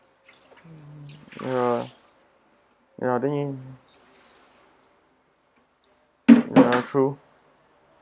ya ya then you ya true